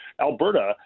Alberta